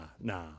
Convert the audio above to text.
nah